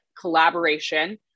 collaboration